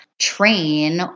train